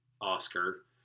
Oscar